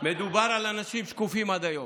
מדובר על אנשים שקופים עד היום.